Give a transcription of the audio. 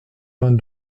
vingt